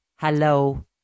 Hello